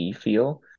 feel